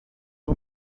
اون